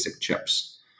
chips